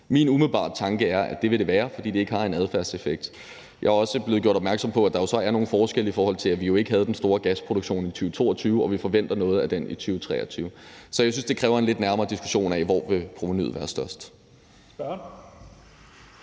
Min umiddelbare tanke er, at det vil det være, fordi det ikke har en adfærdseffekt. Jeg er også blevet gjort opmærksom på, at der så er nogle forskelle, i forhold til at vi jo ikke havde den store gasproduktion i 2022 og vi forventer noget af den i 2023. Så jeg synes, det kræver en lidt nærmere diskussion af, hvor provenuet vil være størst.